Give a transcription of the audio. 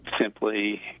simply